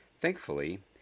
Thankfully